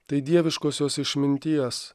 tai dieviškosios išminties